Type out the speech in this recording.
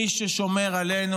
מי ששומר עלינו,